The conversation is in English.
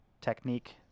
technique